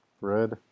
Red